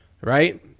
Right